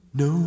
no